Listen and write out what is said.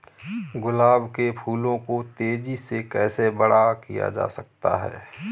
गुलाब के फूलों को तेजी से कैसे बड़ा किया जा सकता है?